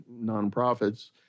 nonprofits